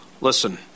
listen